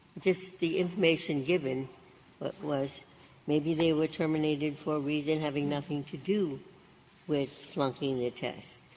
just the information given was maybe they were terminated for a reason having nothing to do with flunking the test.